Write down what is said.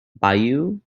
bayou